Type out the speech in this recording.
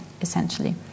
essentially